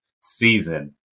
season